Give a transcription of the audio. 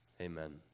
Amen